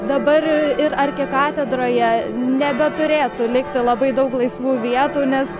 dabar ir arkikatedroje nebeturėtų likti labai daug laisvų vietų nes